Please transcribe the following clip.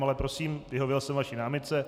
Ale prosím, vyhověl jsem vaší námitce.